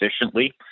efficiently